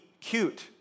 cute